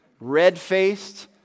red-faced